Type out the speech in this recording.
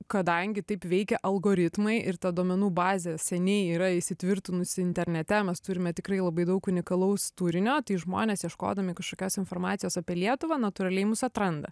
kadangi taip veikia algoritmai ir ta duomenų bazė seniai yra įsitvirtinusi internete mes turime tikrai labai daug unikalaus turinio tai žmonės ieškodami kažkokios informacijos apie lietuvą natūraliai mus atranda